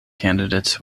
candidates